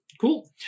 Cool